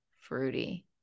fruity